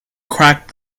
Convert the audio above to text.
crack